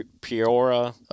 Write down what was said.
Peoria